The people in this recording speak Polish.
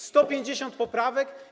150 poprawek?